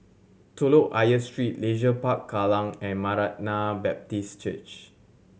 Telok Ayer Street Leisure Park Kallang and Maranatha Baptist Church